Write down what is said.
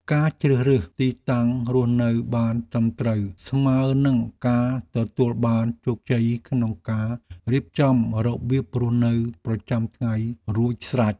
ការជ្រើសរើសទីតាំងរស់នៅបានត្រឹមត្រូវស្មើនឹងការទទួលបានជោគជ័យក្នុងការរៀបចំរបៀបរស់នៅប្រចាំថ្ងៃរួចស្រេច។